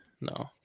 No